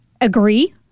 agree